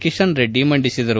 ಕಿತನ್ ರೆಡ್ಡಿ ಮಂಡಿಸಿದರು